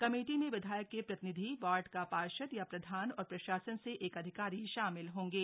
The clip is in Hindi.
कमेटी में विधायक के प्रतिनिधि वार्ड का पार्षद या प्रधान और प्रशासन से एक अधिकारी शामिल होंगे